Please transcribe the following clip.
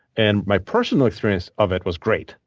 and my personal experience of it was great.